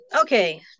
okay